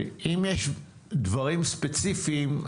אם יש דברים ספציפיים,